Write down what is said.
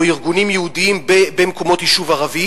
ארגונים יהודיים במקומות יישוב ערביים,